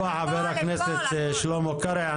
תודה רבה חבר הכנסת שלמה קרעי.